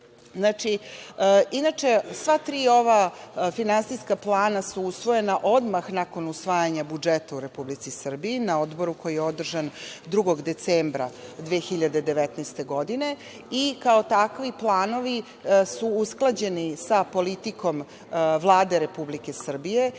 prihoduje. Inače, sva tri ova finansijska plana su usvojena odmah nakon usvajanja budžeta u Republici Srbiji, na Odboru koji je održan 2. decembra 2019. godine i kao takvi planovi su usklađeni sa politikom Vlade Republike Srbije,